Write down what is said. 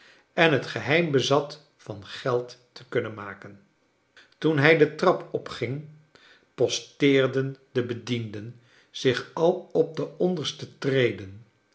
en het geheim bezat van geld te kunnen maken toen hij de trap opgin posteerden de bedienden zich al op de onderste treden